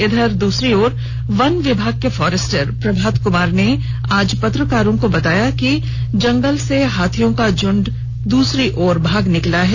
वहीं दूसरी ओर वन विभाग के फॉरेस्टर प्रभात कुमार ने आज पत्रकारों को बताया कि जंगल से हाथियों का झुंड भाग गया है